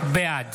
בעד